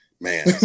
man